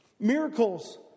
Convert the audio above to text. Miracles